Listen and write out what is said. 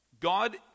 God